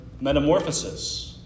metamorphosis